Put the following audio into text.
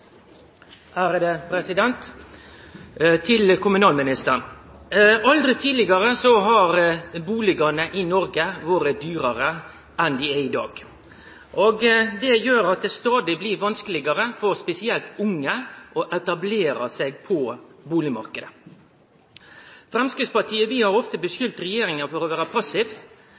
Til kommunalministeren: Aldri tidlegare har bustadene i Noreg vore dyrare enn dei er i dag. Det gjer at det blir stadig vanskelegare, spesielt for unge, å etablere seg på bustadmarknaden. Framstegspartiet har ofte skulda regjeringa for å vere passiv.